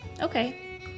Okay